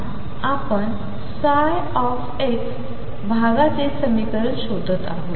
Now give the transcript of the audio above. आणि आपण या ψ भागाचे समीकरण शोधत आहोत